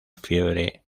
fiebre